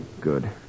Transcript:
Good